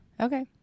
Okay